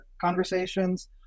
conversations